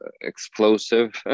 explosive